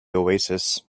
oasis